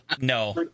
no